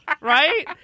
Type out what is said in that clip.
Right